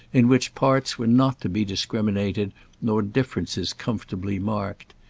in which parts were not to be discriminated nor differences comfortably marked.